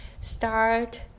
start